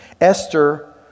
Esther